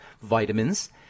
vitamins